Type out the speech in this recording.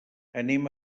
anem